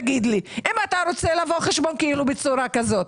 אם אתה רוצה לבוא חשבון בצורה כזאת.